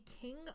king